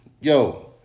yo